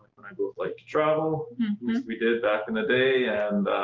but we both like travel, which we did back in the day and.